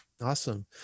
awesome